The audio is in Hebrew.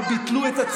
וביטלו את,